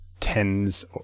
tens